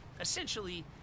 Essentially